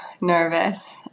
nervous